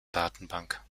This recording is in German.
datenbank